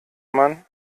man